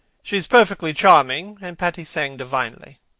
she is perfectly charming and patti sang divinely.